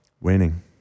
winning